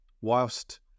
whilst